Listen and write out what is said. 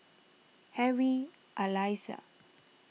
Harry Elias